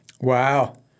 Wow